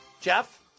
Jeff